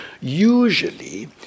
usually